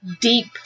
deep